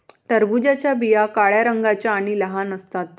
टरबूजाच्या बिया काळ्या रंगाच्या आणि लहान असतात